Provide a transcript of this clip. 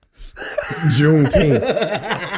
Juneteenth